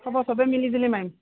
হ'ব সবে মিলি জুলি মাৰিম